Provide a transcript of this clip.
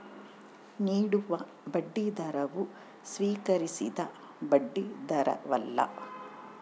ನೀಡುವ ಬಡ್ಡಿದರವು ಸ್ವೀಕರಿಸಿದ ಬಡ್ಡಿದರವಲ್ಲ